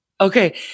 Okay